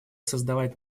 создавать